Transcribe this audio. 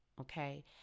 okay